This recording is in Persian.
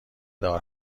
دار